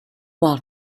while